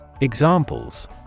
Examples